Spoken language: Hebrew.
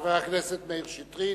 חבר הכנסת מאיר שטרית.